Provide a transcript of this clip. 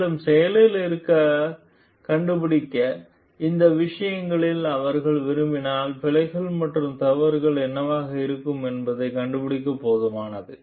மேலும் செயலில் இருக்க கண்டுபிடிக்க இந்த விஷயத்தில் அவர்கள் விரும்பினால் பிழைகள் மற்றும் தவறுகள் என்னவாக இருக்கும் என்பதைக் கண்டுபிடிக்க போதுமானது